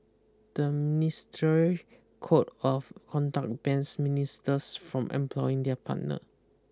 the ministerial code of conduct bans ministers from employing their partner